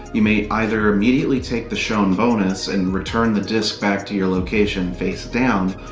you may either immediately take the shown bonus and return the disc back to your location face down,